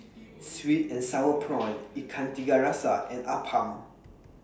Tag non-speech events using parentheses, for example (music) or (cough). (noise) Sweet and Sour Prawns (noise) Ikan Tiga Rasa and Appam